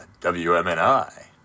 WMNI